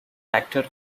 actor